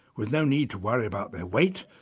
with no need to worry about their weight,